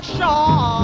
Shaw